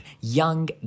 young